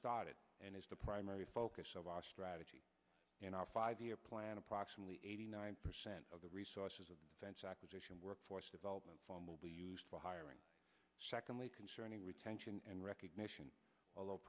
started and is the primary focus of our strategy in our five year plan approximately eighty nine percent of the resources of defense acquisition workforce development will be used for hiring secondly concerning retention and recognition a